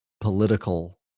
political